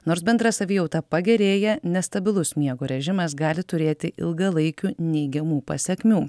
nors bendra savijauta pagerėja nestabilus miego režimas gali turėti ilgalaikių neigiamų pasekmių